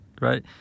right